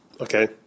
okay